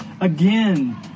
again